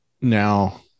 now